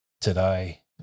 today